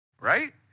right